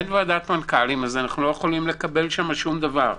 אין ועדת מנכ"לים, אז אנו לא יכולים לקבל שם דבר.